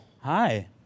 Hi